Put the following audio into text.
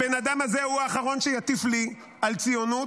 הבן אדם הזה הוא האחרון שיטיף לי על ציונות,